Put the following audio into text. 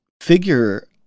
figure